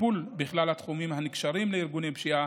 טיפול בכלל התחומים הנקשרים לארגוני פשיעה,